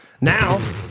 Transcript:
Now